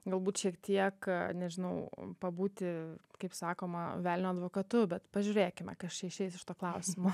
galbūt šiek tiek nežinau pabūti kaip sakoma velnio advokatu bet pažiūrėkime kas čia išeis iš to klausimo